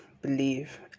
believe